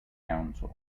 council